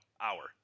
hour